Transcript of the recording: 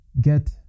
get